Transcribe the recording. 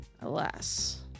Alas